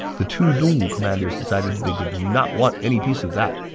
the two dongwu commanders decided they did not want any piece of that,